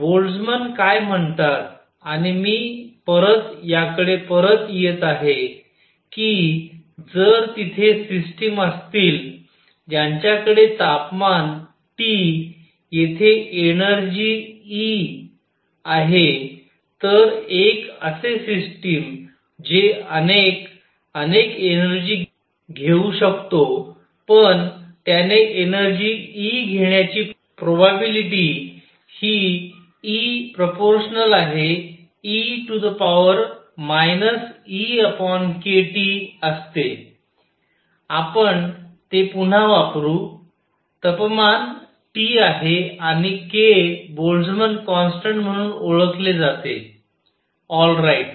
Boltzmann काय म्हणतात आणि मी परत याकडे परत येत आहे की जर तिथे सिस्टिम असतील ज्यांच्याकडे तापमान T येथे एनर्जी E आहे तर एक असे सिस्टिम जे अनेक अनेक एनर्जी घेऊ शकतो पण त्याने एनर्जी E घेण्याची प्रोबॅबिलिटी हि E∝e EkT असते आपण ते पुन्हा वापरु तपमान T आहे आणि k बोल्टझमन कॉन्स्टंट म्हणून ओळखले जाते ऑल राईट